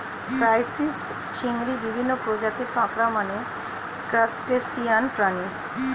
crisis, চিংড়ি, বিভিন্ন প্রজাতির কাঁকড়া মানে ক্রাসটেসিয়ান প্রাণী